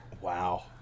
Wow